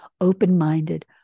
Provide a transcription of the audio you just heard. open-minded